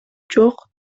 жок